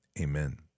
Amen